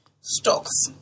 stocks